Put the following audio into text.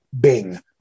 bing